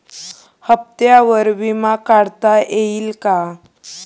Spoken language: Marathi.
हप्त्यांवर विमा काढता येईल का?